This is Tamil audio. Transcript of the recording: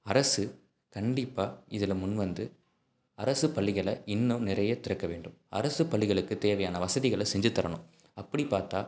அரசு கண்டிப்பாக இதில் முன்வந்து அரசு பள்ளிகளை இன்னும் நிறைய திறக்க வேண்டும் அரசு பள்ளிகளுக்கு தேவையான வசதிகளை செஞ்சு தரணும் அப்படி பார்த்தா